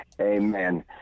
Amen